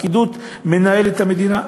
הפקידות מנהלת את המדינה,